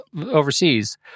overseas